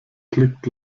klickt